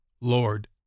Lord